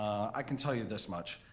i can tell you this much,